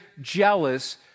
jealous